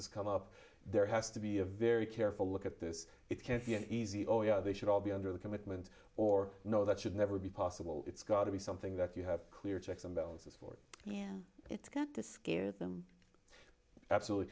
is come up there has to be a very careful look at this it can't be an easy oh yeah they should all be under the commitment or no that should never be possible it's got to be something that you have clear checks and balances for and it's got to scare them absolutely